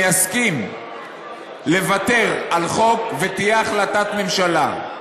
אסכים לוותר על חוק ותהיה החלטת ממשלה.